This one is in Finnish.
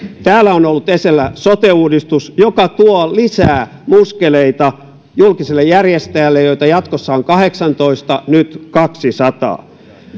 täällä on ollut esillä sote uudistus joka tuo lisää muskeleita julkiselle järjestäjälle joita jatkossa on kahdeksantoista ja nyt kaksisataa